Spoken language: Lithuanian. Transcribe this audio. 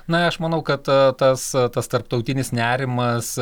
na aš manau kad tas tas tarptautinis nerimas